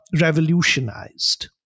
revolutionized